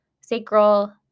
sacral